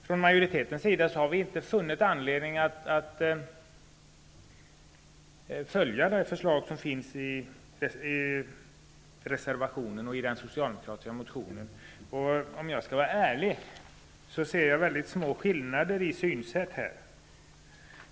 Från majoritetens sida har vi inte funnit anledning att följa det förslag som finns i reservationen och i den socialdemokratiska motionen. Om jag skall vara ärlig måste jag säga att jag ser väldigt små skillnader i synsätten.